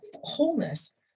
wholeness